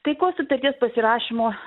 taikos sutarties pasirašymo